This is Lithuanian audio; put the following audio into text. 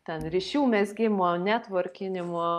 ten ryšių mezgimo netvorkinimo